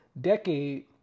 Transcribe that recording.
decade